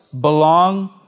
belong